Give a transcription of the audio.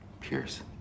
Pierce